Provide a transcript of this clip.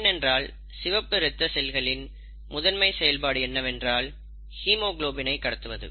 ஏனென்றால் சிகப்பு இரத்த செல்களின் முதன்மை செயல்பாடு என்னவென்றால் ஹீமோகுளோபினை கடத்துவது